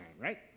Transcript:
right